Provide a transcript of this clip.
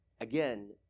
Again